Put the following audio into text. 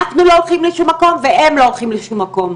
אנחנו לא הולכים לשום מקום והם לא הולכים לשום מקום.